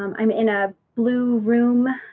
um i'm in a blue room,